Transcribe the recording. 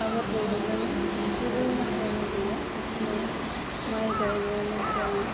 आबाद मावाब्लानो जेबो राहायानो गैया बेखायनो माइ गायनायानो जा